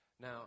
Now